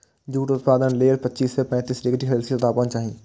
jute उत्पादन लेल पच्चीस सं पैंतीस डिग्री सेल्सियस तापमान चाही